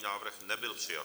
Návrh nebyl přijat.